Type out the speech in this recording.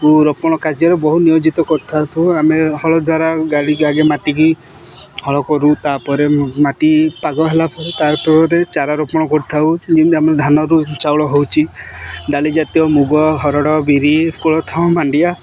ରୋପଣ କାର୍ଯ୍ୟରେ ବହୁ ନିୟୋଜିତ କରିଥାଉ ଆମେ ହଳ ଦ୍ୱାରା ଗାଡ଼ି ଆଗେ ମାଟିକି ହଳ କରୁ ତାପରେ ମାଟି ପାଗ ହେଲା ପରେ ତା ପରେ ଚାରା ରୋପଣ କରିଥାଉ ଯେମିତି ଆମର ଧାନରୁ ଚାଉଳ ହଉଛି ଡାଲି ଜାତୀୟ ମୁଗ ହରଡ଼ ବିରି କୋଳଥ ମାଣ୍ଡିଆ